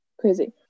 crazy